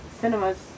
cinemas